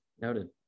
Noted